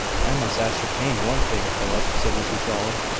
i must ascertain one thing, philip, said mrs rowland.